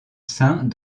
saint